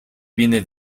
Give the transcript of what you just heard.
viene